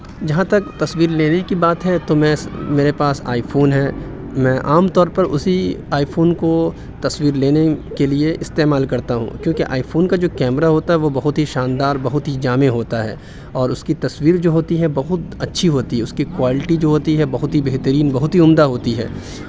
جہاں تک تصویر لینے کی بات ہے تو میں میرے پاس آئی فون ہے میں عام طور پر اسی آئی فون کو تصویر لینے کے لیے استعمال کرتا ہوں کیونکہ آئی فون کا جو کیمرہ ہوتا ہے وہ بہت ہی شاندار بہت ہی جامع ہوتا ہے اور اس کی تصویر جو ہوتی ہے بہت اچھی ہوتی ہے اس کی کوالٹی جو ہوتی ہے بہت ہی بہترین بہت ہی عمدہ ہوتی ہے